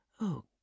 Oh